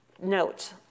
note